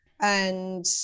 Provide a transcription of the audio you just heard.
and-